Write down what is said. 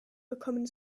gekommen